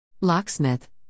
Locksmith